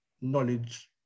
knowledge